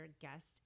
guest